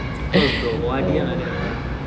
cause got O_R_D நரயலா:nerayala